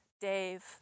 Dave